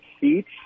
seats